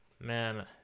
man